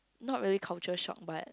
not really culture shock but